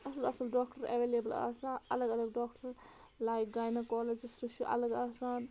اَصٕل اَصٕل doctor available آسان الگ الگ ڈاکٹر لایِک گاینوکالَجِسٹ چھُ الگ آسان